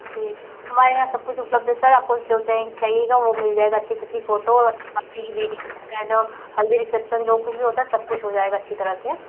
जी हमारे यहाँ सब कुछ उपलब्ध है सर आपको जो चाहिएगा वो मिल जाएगा अच्छी से अच्छी फ़ोटो हल्दी की वेडिंग प्लैनर हल्दी रिसेप्सन जो कुछ भी होता है सब कुछ हो जाएगा अच्छी तरह से